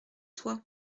toi